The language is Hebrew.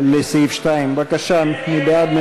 48 לסעיף 2, בבקשה, מי בעד?